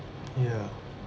ya